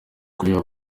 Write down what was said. kureba